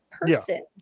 person